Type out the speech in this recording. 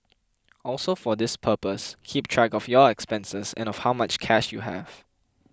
also for this purpose keep track of your expenses and of how much cash you have